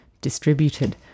distributed